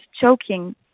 choking